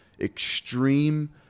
extreme